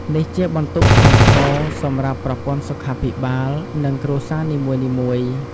នេះជាបន្ទុកធ្ងន់សម្រាប់ប្រព័ន្ធសុខាភិបាល និងគ្រួសារនីមួយៗ។